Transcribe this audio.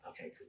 Okay